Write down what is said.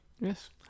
Yes